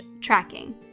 tracking